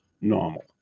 normal